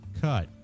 Cut